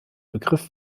begriff